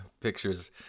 pictures